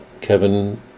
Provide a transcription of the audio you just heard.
Kevin